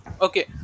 okay